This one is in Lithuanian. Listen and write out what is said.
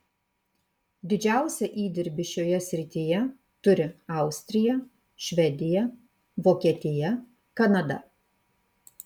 didžiausią įdirbį šioje srityje turi austrija švedija vokietija kanada